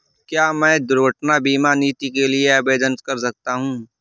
क्या मैं दुर्घटना बीमा नीति के लिए आवेदन कर सकता हूँ?